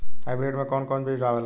Hybrid में कोवन कोवन बीज आवेला?